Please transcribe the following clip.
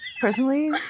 Personally